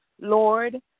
Lord